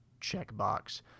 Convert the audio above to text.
checkbox